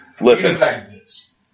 Listen